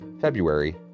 February